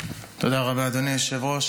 תודה רבה, אדוני היושב-ראש.